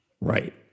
Right